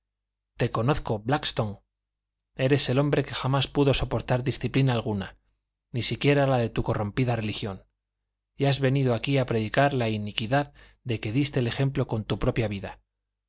te conozco bláckstone eres el hombre que jamás pudo soportar disciplina alguna ni siquiera la de tu corrompida religión y has venido aquí a predicar la iniquidad de que diste el ejemplo con tu propia vida